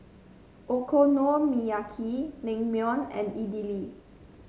Okonomiyaki Naengmyeon and Idili